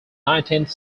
nineteenth